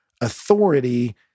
authority